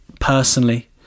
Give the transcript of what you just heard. personally